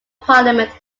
parliament